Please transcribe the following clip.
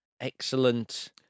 Excellent